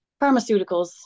pharmaceuticals